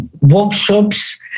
workshops